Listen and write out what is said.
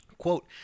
quote